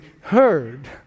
heard